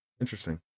Interesting